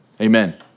amen